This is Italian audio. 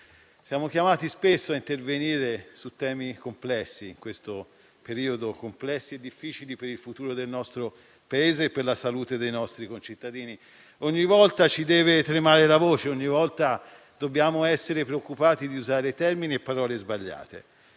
siamo chiamati spesso a intervenire su temi complessi e difficili per il futuro del nostro Paese e per la salute dei nostri concittadini. Ogni volta ci deve tremare la voce, ogni volta dobbiamo essere preoccupati di usare termini e parole sbagliate.